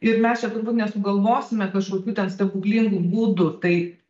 ir mes čia turbūt nesugalvosime kažkokių ten stebuklingų būdų tai